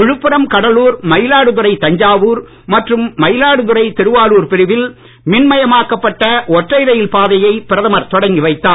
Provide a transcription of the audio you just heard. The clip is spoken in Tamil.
விழுப்புரம் கடலூர் மயிலாடுதுறை தஞ்சாவூர் மற்றும் மயிலாடுதுறை திருவாரூர் பிரிவில் மின் மயமாக்கப்பட்ட ஒற்றை ரயில் பாதையை பிரதமர் தொடங்கி வைத்தார்